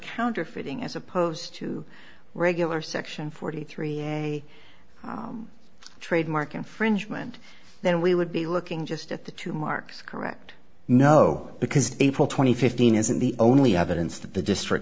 counterfeiting as opposed to regular section forty three and trademark infringement then we would be looking just at the two marks correct no because april twenty fifteen isn't the only evidence that the district